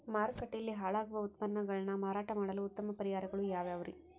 ಮಾರುಕಟ್ಟೆಯಲ್ಲಿ ಹಾಳಾಗುವ ಉತ್ಪನ್ನಗಳನ್ನ ಮಾರಾಟ ಮಾಡಲು ಉತ್ತಮ ಪರಿಹಾರಗಳು ಯಾವ್ಯಾವುರಿ?